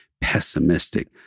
Pessimistic